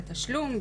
בתשלום,